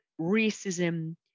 racism